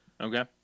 Okay